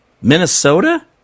Minnesota